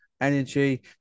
energy